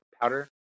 powder